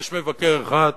ויש מבקר אחד,